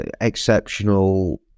exceptional